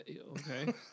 Okay